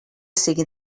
sigui